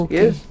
yes